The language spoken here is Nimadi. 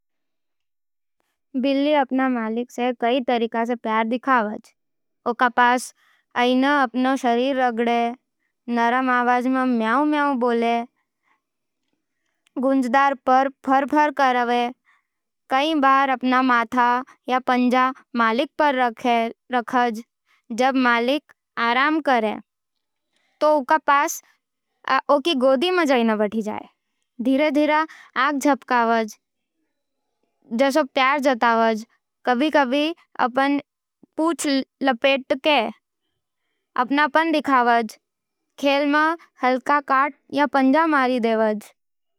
बिल्ली अपन मालिक से कई तरीके से प्यार देखावे। उँका पास आके अपन शरीर रगड़े। नरम आवाज मं म्याऊं बोले या गूंजदार पर्र-पर्र करवे। कई बार अपन माथा या पंजा मालिक पे रखे। जब मालिक आराम करे तो उँका पास आके गोदी मं बैठई जावे। धीरे-धीरे आँख झपकावे, जइसे प्यार जतावे। कभी-कभी अपन पूंछ लपेटके अपनपन देखावे। खेल मं हल्के काटे या पंजा मारे, पर नुकसान न करे।